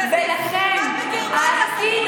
ויגדל, גם הגרמנים שרפו לנו את הילדים.